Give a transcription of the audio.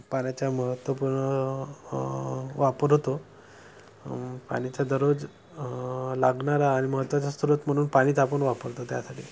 पाण्याच्या महत्त्वपूर्ण वापर होतो पाण्याचा दररोज लागणारा आणि महत्त्वाच्या स्त्रोत म्हणून पाणी तापवून आपण वापरतो त्यासाठी